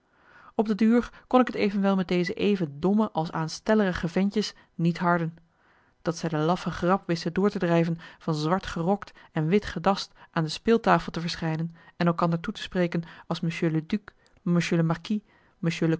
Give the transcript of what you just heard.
op de duur kon ik t evenwel met deze even domme als aanstellerige ventjes niet harden dat zij de laffe grap wisten door te drijven van zwart gerokt en wit gedast aan de speeltafel te verschijnen en elkander toe te spreken als